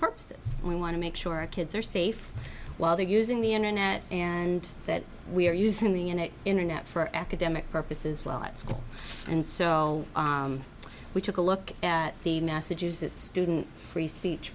purposes we want to make sure our kids are safe while they're using the internet and that we're using the internet for academic purposes well at school and so we took a look at the massachusetts student free speech